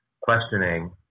questioning